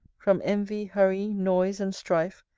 from envy, hurry, noise, and strife,